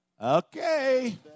Okay